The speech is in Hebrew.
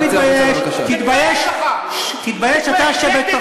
להוציא את חבר הכנסת אחמד טיבי החוצה.